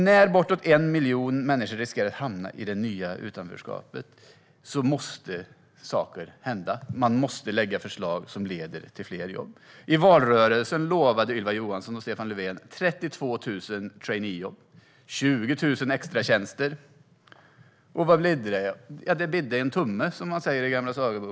När bortåt 1 miljon människor riskerar att hamna i det nya utanförskapet måste saker hända. Man måste lägga fram förslag som leder till fler jobb. I valrörelsen lovade Ylva Johansson och Stefan Löfven 32 000 traineejobb och 20 000 extratjänster. Och vad bidde det? Jo, det bidde en tumme, som man säger i den gamla sagan.